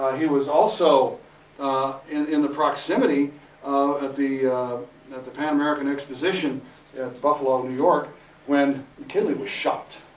he was also in in the proximity of the at the pan-american exposition at buffalo, new york when mckinley was shot.